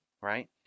Right